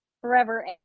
forever